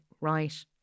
right